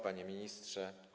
Panie Ministrze!